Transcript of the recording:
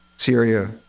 Syria